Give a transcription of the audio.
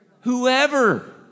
Whoever